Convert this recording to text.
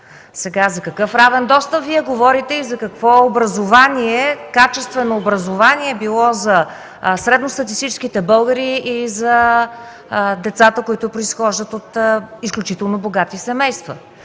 евро. За какъв равен достъп Вие говорите и за какво качествено образование – било за средно статистическите българи и за децата, които произхождат от изключително богати семейства?!